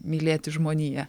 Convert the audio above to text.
mylėti žmoniją